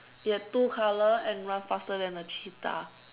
it have two color and run faster than a cheetah